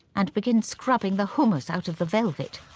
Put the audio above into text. and begin scrubbing the humus out of the velvet.